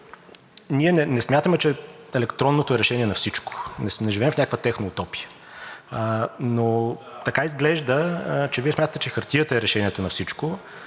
ние не смятаме, че електронното е решение на всичко – не живеем в някаква техноутопия. Но, изглежда, Вие смятате, че хартията е решението на всичко